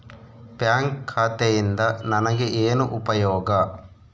Bank ಖಾತೆಯಿಂದ ನನಗೆ ಏನು ಉಪಯೋಗ?